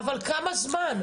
אבל כמה זמן?